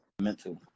mental